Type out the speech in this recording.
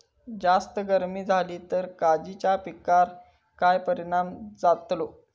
जास्त गर्मी जाली तर काजीच्या पीकार काय परिणाम जतालो?